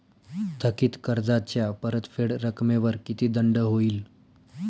थकीत कर्जाच्या परतफेड रकमेवर किती दंड होईल?